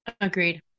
agreed